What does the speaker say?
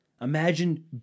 Imagine